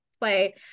play